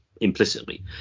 implicitly